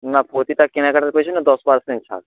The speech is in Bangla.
না প্রতিটা কেনাকাটার পিছনে দশ পার্সেন্ট ছাড়